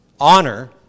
honor